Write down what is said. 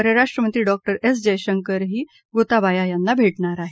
परराष्ट्र मंत्री डॉ एस जयशंकरही गोताबाया यांना भेटणार आहेत